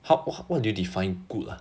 h~ !huh! what do you define good ah